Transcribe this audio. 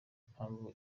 impamvu